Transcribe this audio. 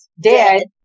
Dead